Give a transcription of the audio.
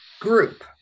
group